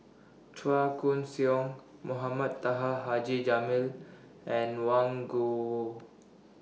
Chua Koon Siong Mohamed Taha Haji Jamil and Wang